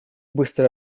быстрый